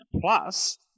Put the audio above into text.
Plus